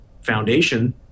foundation